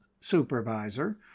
supervisor